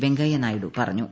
വെങ്കയ്യ നായിഡു പറഞ്ഞു